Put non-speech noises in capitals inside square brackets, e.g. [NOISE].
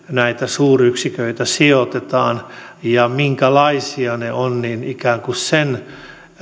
[UNINTELLIGIBLE] näitä suuryksiköitä sijoitetaan ja minkälaisia ne ovat ikään kuin sen